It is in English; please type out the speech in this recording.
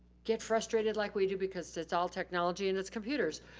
get frustrated like we do because it's all technology and it's computers,